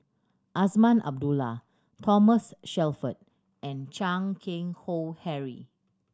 Azman Abdullah Thomas Shelford and Chan Keng Howe Harry